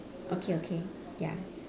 okay okay ya